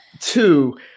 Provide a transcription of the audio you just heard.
Two